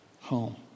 home